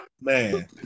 Man